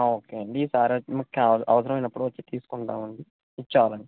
okay అండి ఈసారి మాకు కా అవసరము అయినప్పుడు వచ్చి తీసుకుంటామండి ఇది చాలండి